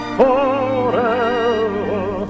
forever